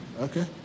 okay